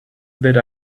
that